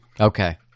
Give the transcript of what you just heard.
Okay